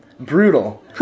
Brutal